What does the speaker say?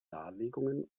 darlegungen